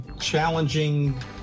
challenging